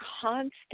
constant